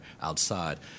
outside